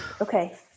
okay